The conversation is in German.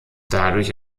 dadurch